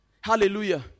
Hallelujah